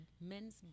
men's